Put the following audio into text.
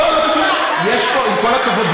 עם כל הכבוד,